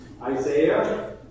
Isaiah